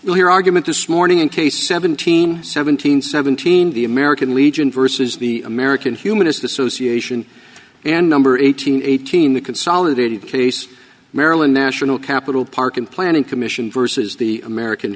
we'll hear argument this morning in case seventeen seventeen seventeen the american legion versus the american humanist association and number eight hundred eighteen the consolidated case maryland national capital park and planning commission vs the american